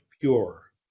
pure